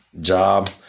job